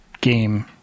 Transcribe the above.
game